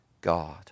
God